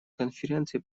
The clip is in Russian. конференции